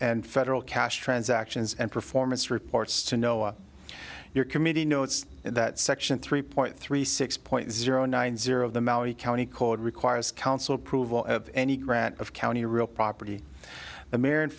and federal cash transactions and performance reports to know of your committee notes in that section three point three six point zero nine zero of the maui county code requires council approval of any grant of county real property the ma